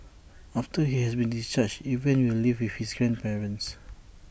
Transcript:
after he has been discharged Evan will live with his grandparents